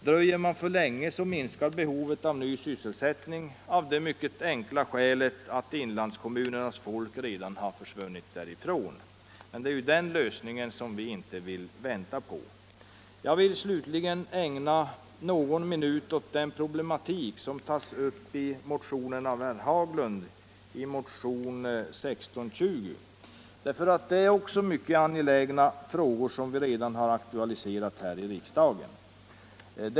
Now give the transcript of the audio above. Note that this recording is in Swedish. Dröjer man längre minskar behovet av ny sysselsättning, helt enkelt därför att inlandskommunernas folk redan har försvunnit därifrån. Men den lösningen vill vi inte ha. Jag vill slutligen ägna någon minut åt den problematik som tas upp av herr Haglund m.fl. i motion 620. Den gäller också mycket angelägna frågor, som vi redan aktualiserat här i riksdagen.